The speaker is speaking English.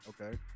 Okay